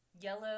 Yellow